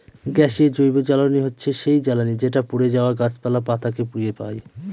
গ্যাসীয় জৈবজ্বালানী হচ্ছে সেই জ্বালানি যেটা পড়ে যাওয়া গাছপালা, পাতা কে পুড়িয়ে পাই